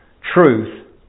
truth